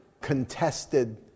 contested